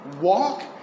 walk